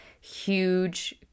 huge